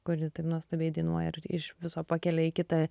kuri taip nuostabiai dainuoja ir iš viso pakelia į kitą